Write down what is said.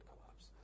collapse